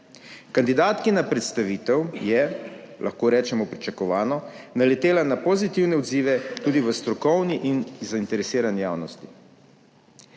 Kandidatkina predstavitev je, lahko rečemo pričakovano, naletela na pozitivne odzive tudi v strokovni in zainteresirani javnosti.